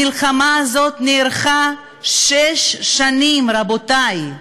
המלחמה הזאת ארכה שש שנים, רבותי,